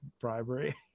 bribery